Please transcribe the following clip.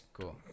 cool